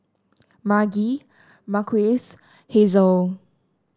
Margie Marques Hazelle